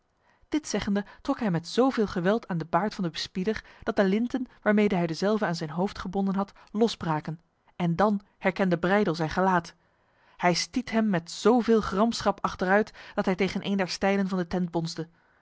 dit zeggende trok hij met zoveel geweld aan de baard van de bespieder dat de linten waarmede hij dezelve aan zijn hoofd gebonden had losbraken en dan herkende breydel zijn gelaat hij stiet hem met zoveel gramschap achteruit dat hij tegen een der stijlen van de